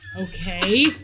Okay